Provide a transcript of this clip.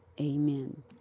amen